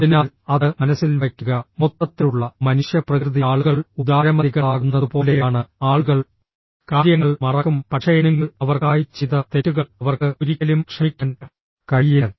അതിനാൽ അത് മനസ്സിൽ വയ്ക്കുക മൊത്തത്തിലുള്ള മനുഷ്യപ്രകൃതി ആളുകൾ ഉദാരമതികളാകുന്നത് പോലെയാണ് ആളുകൾ കാര്യങ്ങൾ മറക്കും പക്ഷേ നിങ്ങൾ അവർക്കായി ചെയ്ത തെറ്റുകൾ അവർക്ക് ഒരിക്കലും ക്ഷമിക്കാൻ കഴിയില്ല